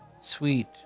sweet